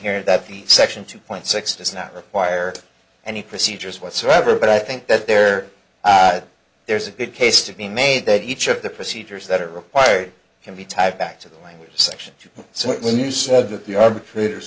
here that the section two point six does not require any procedures whatsoever but i think that there there's a good case to be made that each of the procedures that are required can be tied back to the language section so when you said that the arbitrators